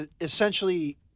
essentially